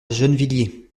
gennevilliers